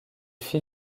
fit